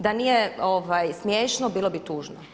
Da nije smiješno bilo bi tužno.